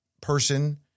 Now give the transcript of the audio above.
person